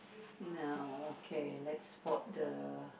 now okay lets put the